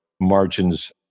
margins